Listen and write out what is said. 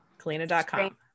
Kalina.com